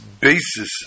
basis